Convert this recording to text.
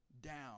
down